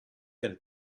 can